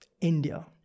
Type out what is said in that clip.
India